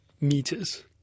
meters